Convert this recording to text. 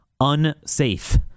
unsafe